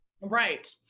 Right